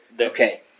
okay